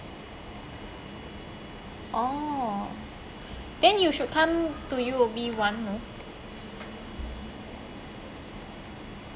oh then you should come to U_O_B one lor